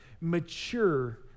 mature